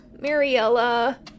Mariella